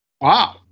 Wow